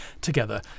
together